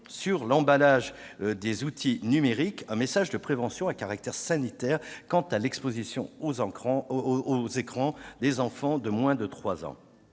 sur l'emballage des outils numériques un message de prévention à caractère sanitaire relatif à l'exposition aux écrans des enfants de moins de trois